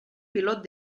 pilot